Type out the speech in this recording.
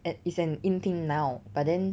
a~ is an in thing now but then